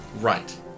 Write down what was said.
Right